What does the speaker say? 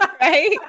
right